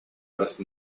rust